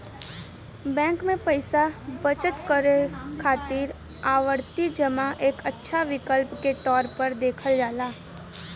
bank में पैसा बचत करे खातिर आवर्ती जमा एक अच्छा विकल्प के तौर पर देखल जाला